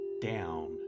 down